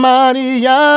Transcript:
Maria